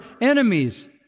enemies